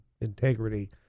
integrity